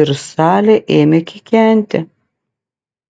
ir salė ėmė kikenti